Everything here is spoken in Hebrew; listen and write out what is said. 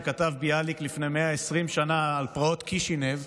שכתב ביאליק לפני 120 שנה על פרעות קישינב,